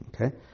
Okay